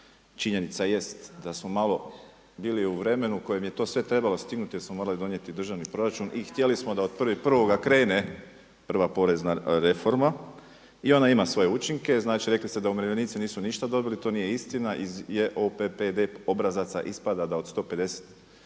Činjenica jest da smo malo bili u vremenu kojem je to sve trebalo stignuti jer smo morali donijeti državni proračun i htjeli smo da od 1.1. krene prva porezna reforma i ona ima svoje učinke. Znači, rekli ste da umirovljenici nisu ništa dobili. To nije istina. Iz JPPD obrazaca ispada da od 151000